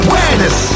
Awareness